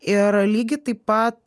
ir lygiai taip pat